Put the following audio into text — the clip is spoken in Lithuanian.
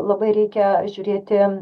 labai reikia žiūrėti